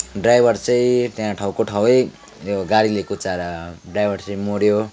driver चाहिँ त्यहाँ ठाउँको ठाउँ नै गाडीले कुल्चिएर ड्राइभर चाहिँ मर्यो